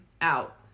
Out